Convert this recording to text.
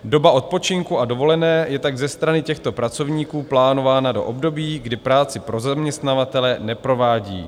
Doba odpočinku a dovolené je tak ze strany těchto pracovníků plánována do období, kdy práci pro zaměstnavatele neprovádí.